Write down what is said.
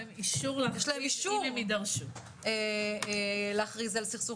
יש להם אישור אם יידרשו להכריז על סכסוך